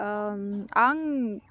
ओम आं